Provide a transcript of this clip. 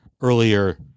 earlier